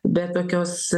be tokios